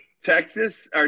Texas